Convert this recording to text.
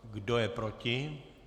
Kdo je proti?